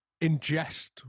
ingest